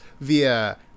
via